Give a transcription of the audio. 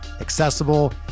accessible